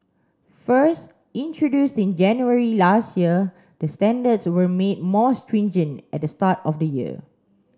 first introduced in January last year the standards were made more stringent at the start of the year